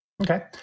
Okay